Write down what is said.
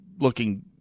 looking